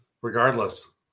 regardless